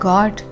God